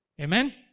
Amen